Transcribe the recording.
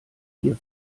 hier